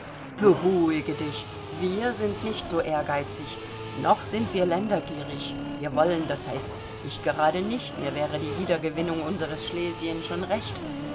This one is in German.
beruhige dich wir sind nicht so ehrgeizig noch sind wir ländergierig wir wollen das heißt ich gerade nicht mir wäre die wiedergewinnung unseres schlesiens schon recht